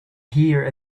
here